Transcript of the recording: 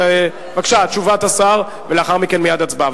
בבקשה, תשובת השר ולאחר מכן מייד הצבעה.